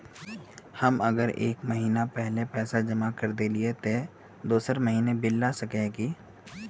हम अगर एक महीना पहले पैसा जमा कर देलिये ते हम दोसर महीना बिल ला सके है की?